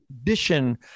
tradition